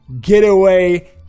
getaway